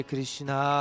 Krishna